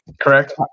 Correct